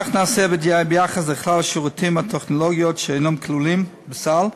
כך נעשה ביחס לכלל השירותים והטכנולוגיות שאינם כלולים בסל,